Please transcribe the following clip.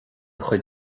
chuid